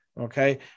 Okay